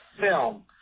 film